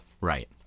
Right